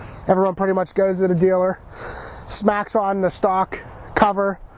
everyone pretty much goes that a dealer smacks on the stock cover,